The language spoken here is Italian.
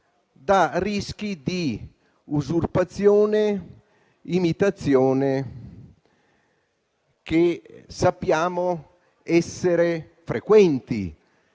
da rischi di usurpazione e imitazione, che sappiamo essere frequenti